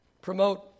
Promote